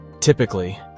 Typically